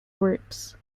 groups